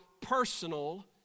personal